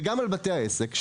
וגם על בתי העסק,